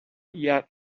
yet